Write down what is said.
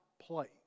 place